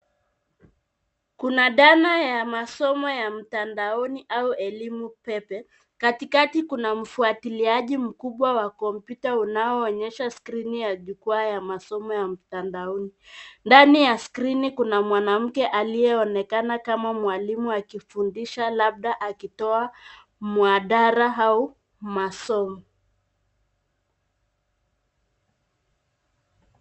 Kuna dana ya masomo ya mtandaoni au elimu pepe. Katikati kuna mfuatiliaji mkubwa wa kompyuta unaoonyesha skrini ya jukwaa la masomo ya mtandaoni. Ndani ya skrini kuna mwanamke aliyeonekana kama mwalimu akifundisha labda akitoa mhadhara au masomo.